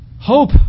hope